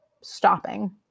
stopping